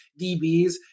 DBs